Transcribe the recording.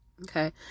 okay